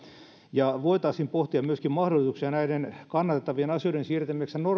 ja voitaisiin pohtia myöskin mahdollisuuksia näiden kannatettavien asioiden siirtämiseksi